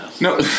No